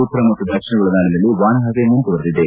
ಉತ್ತರ ಮತ್ತು ದಕ್ಷಿಣ ಒಳನಾಡಿನಲ್ಲಿ ಒಣಹವೆ ಮುಂದುವರೆದಿದೆ